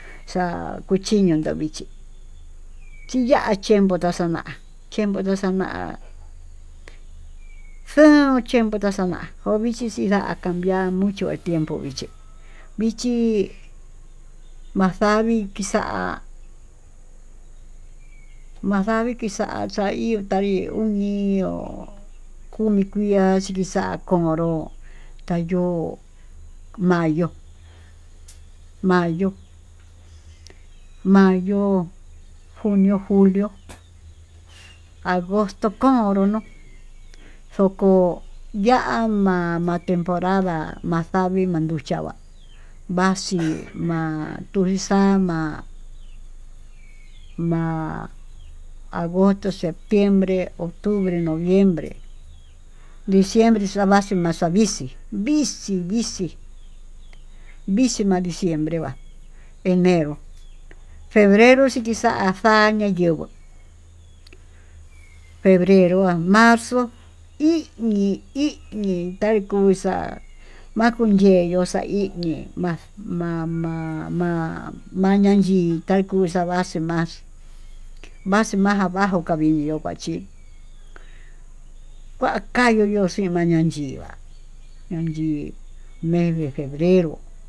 Xa'a kuchiña xavichí, chí yá tiempo xa'a xana'á tiempo xa'a xanaá xuu tiempo xa'á xana'á kovixhii xinda cambiar mucho el tiempo vihcí vichí maxaví kixa'á maxaví kixa'á xa'a ihó ta ihó ñuu ihó kumi kui'á chí kixa'á konró ta'a yo'ó mayó, mayo mayo'ó, junio, julio, ogosto konró no'ó ndoko ya'á ma'a ma'á temporada maxavii manduchá va'a maxii ma'a tuu luixa'a ma'á, ma'a agosto, septiembre, octubre, noviembre, diciembre xa vaxii maxa'a vixii, vixii vixii, vixii ma'a diciembre va'a enero febrero chikixa'a nanii yuu nguó febrero a marzo, iñii iñii taikuu xa'a makunyeyó xaiñi ma'a ma'a ma'a mañanyika kuxa'a marxii ma'ar maxii ma'a kavajó viyo'ó kachí kua kayo'o yoxuu kuanan chí ñonyii més de febrero.